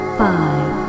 five